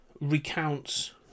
recounts